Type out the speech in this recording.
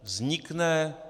Vznikne...